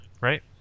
Right